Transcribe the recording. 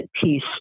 peace